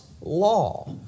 law